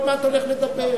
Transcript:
אתה עוד מעט הולך לדבר.